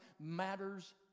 matters